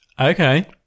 Okay